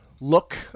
look